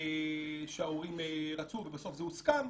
שההורים רצו ובסוף זה הוסכם.